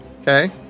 Okay